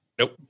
Nope